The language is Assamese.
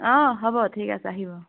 অঁ হ'ব ঠিক আছে আহিব